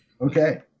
Okay